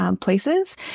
places